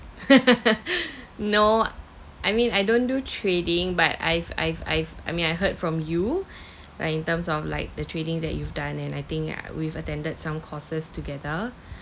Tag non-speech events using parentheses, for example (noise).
(laughs) no I mean I don't do trading but I've I've I've I mean I heard from you (breath) like in terms of like the trading that you've done and I think I we've attended some courses together